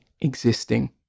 Existing